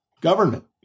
government